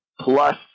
plus